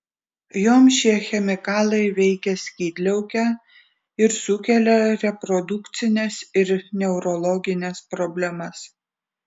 joms šie chemikalai veikia skydliaukę ir sukelia reprodukcines ir neurologines problemas